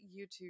youtube